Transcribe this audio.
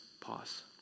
pause